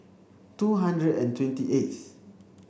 two hundred and twenty eighth